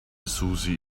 susi